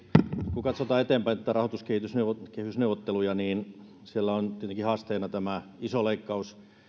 kun katsotaan eteenpäin rahoituskehysneuvotteluja niin siellä on tietenkin haasteena tämä iso leikkaus